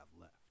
left